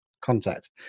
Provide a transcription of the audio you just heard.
contact